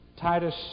Titus